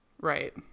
right